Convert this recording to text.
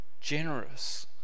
generous